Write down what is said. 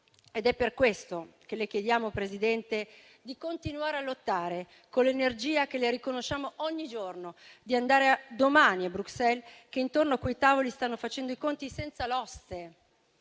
sì. È per questo che le chiediamo, signora Presidente, di continuare a lottare con l'energia che le riconosciamo ogni giorno, di andare domani a Bruxelles, perché intorno a quei tavoli stanno facendo i conti senza l'oste,